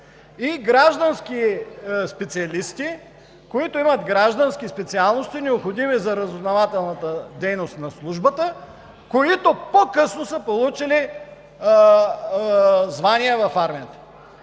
и граждански специалисти, които имат граждански специалности, необходими за разузнавателната дейност на службата, които по късно са получили звание в армията.